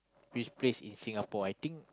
which place in Singapore I think